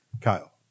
Kyle